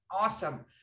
Awesome